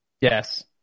Yes